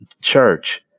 church